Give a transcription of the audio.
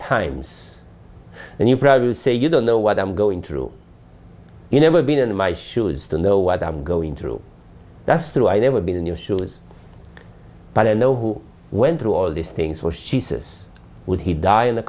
times and you probably would say you don't know what i'm going through you never been in my shoes don't know what i'm going through that's true i've never been in your shoes but i know who went through all these things where she says would he die in the